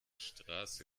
straße